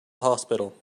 hospital